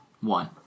one